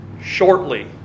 shortly